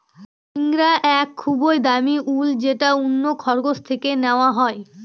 ইঙ্গরা এক খুবই দামি উল যেটা অন্য খরগোশ থেকে নেওয়া হয়